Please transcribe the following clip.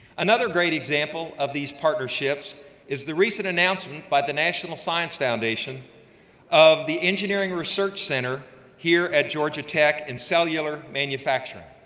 another great example of these partnerships is the recent announcement by the national science foundation of the engineering research center here at georgia tech and cellular cellular manufacturing.